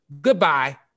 Goodbye